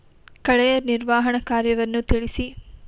ಕಳೆಯ ನಿರ್ವಹಣಾ ಕಾರ್ಯವನ್ನು ತಿಳಿಸಿ?